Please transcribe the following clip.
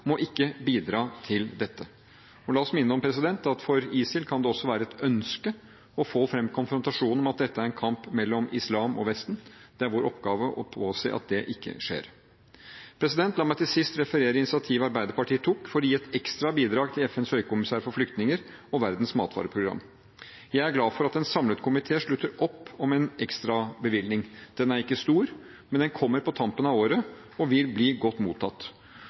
ikke bidra til dette. La oss minne om at for ISIL kan det også være et ønske å få fram konfrontasjon om at dette er en kamp mellom islam og vesten. Det er vår oppgave å påse at det ikke skjer. La meg til sist referere initiativet Arbeiderpartiet tok for å gi et ekstra bidrag til FNs høykommissær for flyktninger og Verdens matvareprogram. Jeg er glad for at en samlet komité slutter opp om en ekstrabevilgning. Den er ikke stor, men den kommer på tampen av året og vil bli godt mottatt.